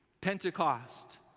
Pentecost